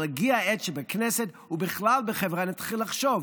אבל הגיעה העת שבכנסת ובכלל בחברה נתחיל לחשוב: